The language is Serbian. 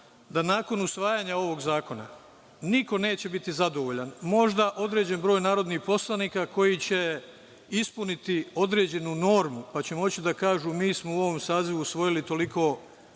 da nakon usvajanja ovog zakona niko neće biti zadovoljan. Možda određen broj narodnih poslanika koji će ispuniti određenu normu pa će moći da kažu – mi smo u ovom sazivu usvojili toliko